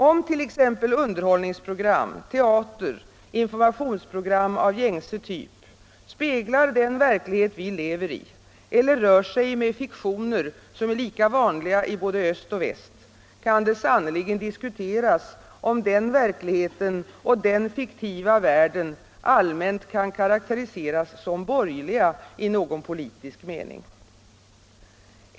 Om t.ex. underhållningsprogram, teater, informationsprogram av gängse typ speglar den verklighet vi lever i eller rör sig med fiktioner som är lika vanliga i både öst och väst, kan det sannerligen diskuteras om denna verklighet och denna fiktiva värld allmänt kan karakteriseras som borgerlig i någon politisk mening.